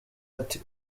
ati